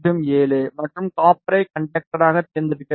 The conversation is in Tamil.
0007 மற்றும் காப்பரை கண்டக்டராக தேர்ந்தெடுக்க வேண்டும்